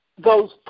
goes